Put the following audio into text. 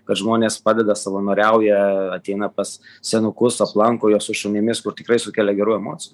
kad žmonės padeda savanoriauja ateina pas senukus aplanko juos su šunimis kur tikrai sukelia gerų emocijų